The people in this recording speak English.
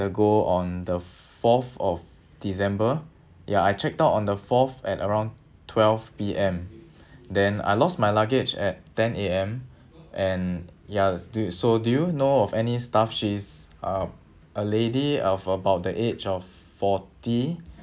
ago on the fourth of december ya I checked out on the fourth at around twelve P_M then I lost my luggage at ten A_M and ya do you so do you know of any staff she's uh a lady of about the age of forty